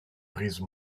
brise